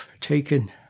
taken